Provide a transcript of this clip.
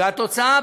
והתוצאה,